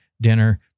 dinner